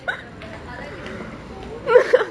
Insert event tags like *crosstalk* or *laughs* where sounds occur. *laughs*